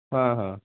हाँ हाँ